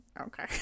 Okay